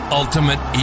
ultimate